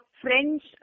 French